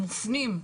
מופנים.